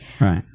Right